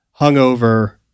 hungover